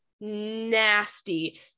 nasty